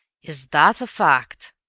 is that a fact?